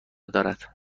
دارد